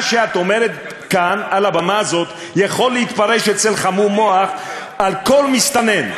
מה שאת אומרת כאן על הבמה הזאת יכול להתפרש אצל חמום מוח על כל מסתנן.